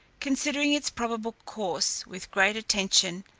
considering its probable course with great attention,